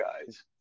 guys